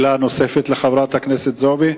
שאלה נוספת לחברת הכנסת זועבי?